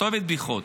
את אוהבת בדיחות.